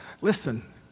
Listen